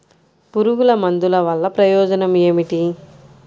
పురుగుల మందుల వల్ల ప్రయోజనం ఏమిటీ?